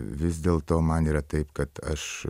vis dėl to man yra taip kad aš